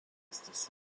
swimmers